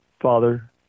father